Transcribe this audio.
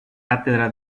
cátedra